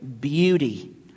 beauty